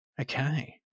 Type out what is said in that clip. Okay